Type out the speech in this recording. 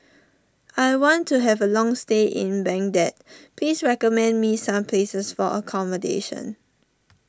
I want to have a long stay in Baghdad please recommend me some places for accommodation